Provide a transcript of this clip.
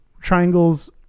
triangles